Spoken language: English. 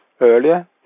earlier